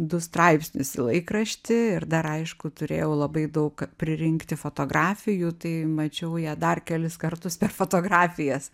du straipsnius į laikraštį ir dar aišku turėjau labai daug pririnkti fotografijų tai mačiau ją dar kelis kartus per fotografijas